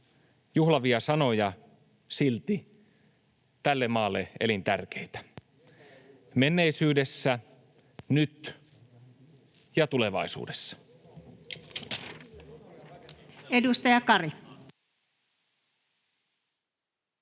juhlavia sanoja, silti tälle maalle elintärkeitä, menneisyydessä, nyt ja tulevaisuudessa.